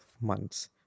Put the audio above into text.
months